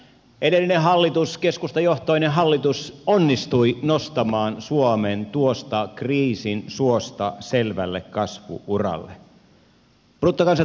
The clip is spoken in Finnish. edellinen hallitus keskustajohtoinen hallitus onnistui nostamaan suomen tuosta kriisin suosta selvälle kasvu uralle